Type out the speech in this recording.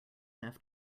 enough